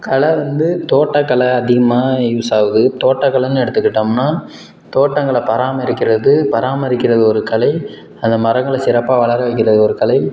கலை வந்து தோட்டக்கலை அதிகமாக யூஸ் ஆகுது தோட்டக்கலைன்னு எடுத்துக்கிட்டோம்னால் தோட்டங்களை பராமரிக்கிறது பராமரிக்கிறது ஒரு கலை அந்த மரங்களை சிறப்பாக வளர வைக்கிறது ஒரு கலை